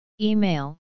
Email